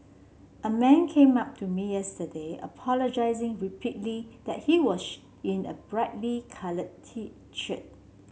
a man came up to me yesterday apologising repeatedly that he in a brightly coloured